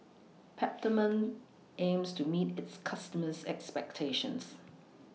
Peptamen aims to meet its customers' expectations